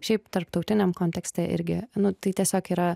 šiaip tarptautiniam kontekste irgi nu tai tiesiog yra